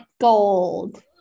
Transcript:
gold